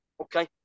Okay